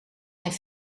zijn